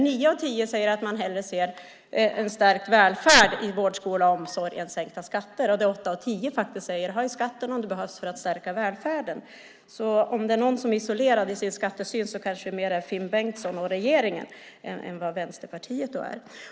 Nio av tio säger att man hellre ser en stärkt välfärd i vård, skola och omsorg än sänkta skatter. Åtta av tio säger: Höj skatten om det behövs för att stärka välfärden! Om det är någon som är isolerad i sin skattesyn är det kanske snarare Finn Bengtsson och regeringen än Vänsterpartiet.